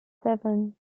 seven